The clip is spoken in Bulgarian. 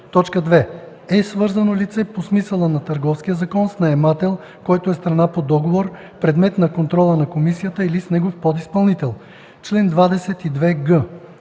2. е свързано лице по смисъла на Търговския закон с наемател, който е страна по договор – предмет на контрола на комисията, или с негов подизпълнител. Чл. 22г.